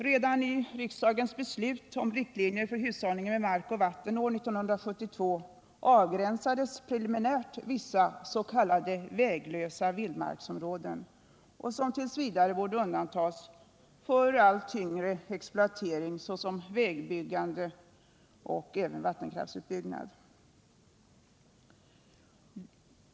Redan i riksdagens beslut om riktlinjer för hushållningen med mark och vatten år 1972 avgränsades preliminärt vissa s.k. väglösa vildmarksområden, som t. v. borde undantas från allt tyngre exploatering, såsom vägbyggande och vattenkraftsutbyggnad.